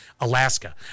Alaska